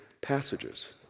passages